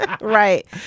Right